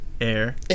air